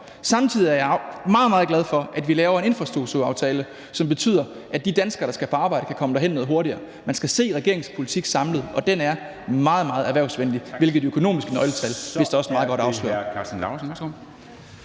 samtidig meget, meget glad for, at vi har lavet en infrastrukturaftale, som betyder, at de danskere, der skal på arbejde, kan komme derhen noget hurtigere. Man skal se regeringens politik samlet, og den er meget, meget erhvervsvenlig, hvilket de økonomiske nøgletal vist også meget godt afslører.